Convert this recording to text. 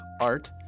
Art